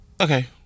Okay